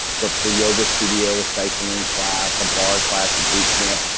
so, if it's a yoga studio, a cycling class, a bar class, a boot camp,